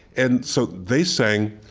and so they sang